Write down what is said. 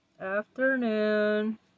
afternoon